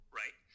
right